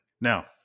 Now